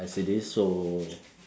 as it is so